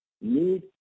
need